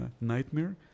nightmare